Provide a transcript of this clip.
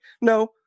No